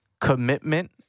commitment